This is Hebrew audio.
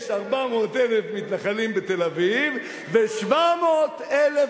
יש 400,000 מתנחלים בתל-אביב ו-700,000